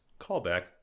callback